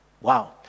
Wow